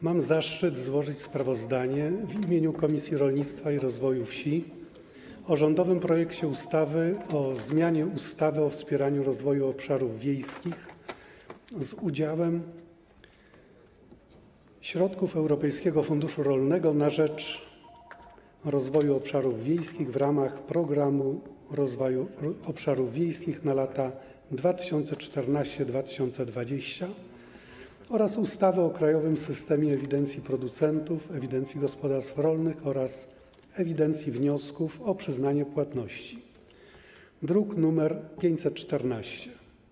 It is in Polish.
Mam zaszczyt złożyć sprawozdanie w imieniu Komisji Rolnictwa i Rozwoju Wsi o rządowym projekcie ustawy o zmianie ustawy o wspieraniu rozwoju obszarów wiejskich z udziałem środków Europejskiego Funduszu Rolnego na rzecz Rozwoju Obszarów Wiejskich w ramach Programu Rozwoju Obszarów Wiejskich na lata 2014–2020 oraz ustawy o krajowym systemie ewidencji producentów, ewidencji gospodarstw rolnych oraz ewidencji wniosków o przyznanie płatności, druk nr 514.